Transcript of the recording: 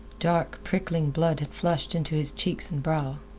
dark, prickling blood had flushed into his cheeks and brow.